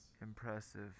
Impressive